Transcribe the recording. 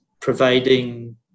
providing